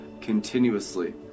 continuously